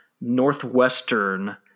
Northwestern